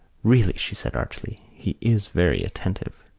really, she said archly, he is very attentive.